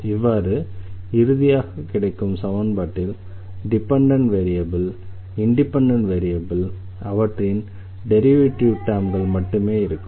இவ்வாறு இறுதியாக கிடைக்கும் சமன்பாட்டில் டிபெண்டண்ட் வேரியபிள் இண்டிபெண்டண்ட் வேரியபிள் அவற்றின் டெரிவேட்டிவ் டெர்ம்கள் மட்டுமே இருக்கும்